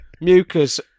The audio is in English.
Mucus